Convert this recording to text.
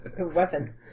Weapons